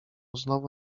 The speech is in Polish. znowu